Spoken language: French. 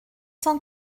cent